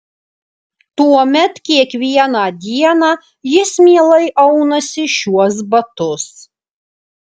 tuomet kiekvieną dieną jis mielai aunasi šiuos batus